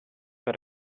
per